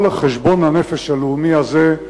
כל חשבון הנפש הלאומי הזה,